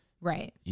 right